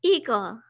Eagle